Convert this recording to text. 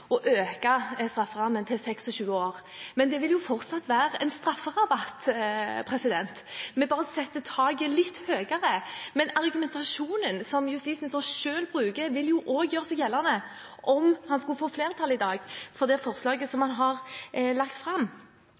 å øke strafferammen til 26 år. Men det vil jo fortsatt være en strafferabatt, vi setter bare taket litt høyere. Argumentasjonen som justisministeren selv bruker, vil også gjøre seg gjeldende om han i dag skulle få flertall for det forslaget som han har lagt fram.